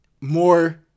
more